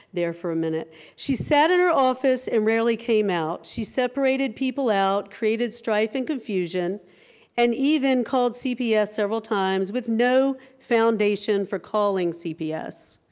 there for a minute. she sat in her office and rarely came out. she separated people out, created strife and confusion and even called cps several times with no foundation for calling cps.